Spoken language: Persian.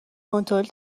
کنترل